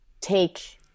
take